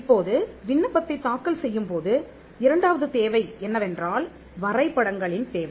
இப்போது விண்ணப்பத்தைத் தாக்கல் செய்யும்போது இரண்டாவது தேவை என்னவென்றால் வரைபடங்களின் தேவை